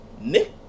Nick